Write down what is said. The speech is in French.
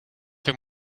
fait